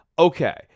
Okay